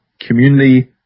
Community